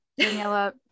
Daniela